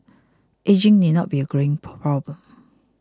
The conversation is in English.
ageing need not be a greying problem